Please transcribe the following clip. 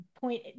point